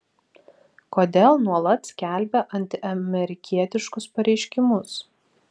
kodėl nuolat skelbia antiamerikietiškus pareiškimus